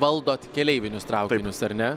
valdot keleivinius traukinius ar ne